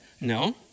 No